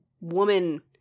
woman